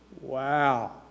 Wow